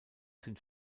sind